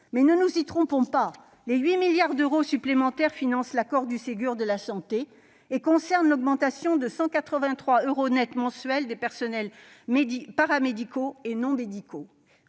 dit, ne nous y trompons pas : les 8 milliards d'euros supplémentaires financent l'accord du Ségur de la santé et concernent l'augmentation de 183 euros nets par mois pour les personnels paramédicaux et non médicaux.